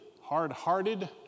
hard-hearted